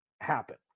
happen